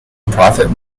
profit